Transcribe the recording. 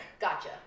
Gotcha